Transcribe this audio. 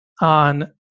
On